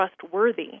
trustworthy